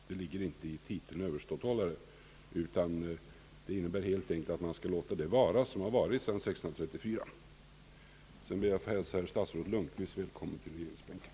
Detta ligger inte i titeln överståthållare, Det innebär helt enkelt att man skulle låta det vara som det varit sedan 1634. Sedan vill jag hälsa statsrådet Lundkvist välkommen på regeringsbänken.